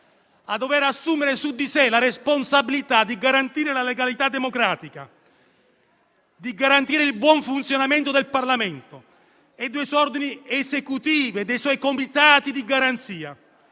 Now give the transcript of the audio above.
a dover assumere su di sé la responsabilità di garantire la legalità democratica, di garantire il buon funzionamento del Parlamento, dei suoi organi esecutivi e dei suoi comitati di garanzia.